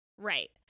Right